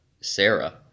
Sarah